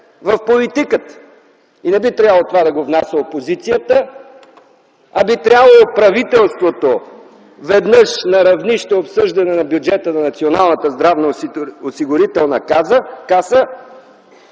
в политиката. Не би трябвало това да го внася опозицията, а би трябвало правителството – веднъж, на равнище обсъждане на бюджета на Националната здравноосигурителна каса